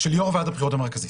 של יו"ר ועדת הבחירות המרכזית.